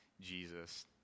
Jesus